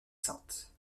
sainte